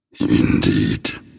Indeed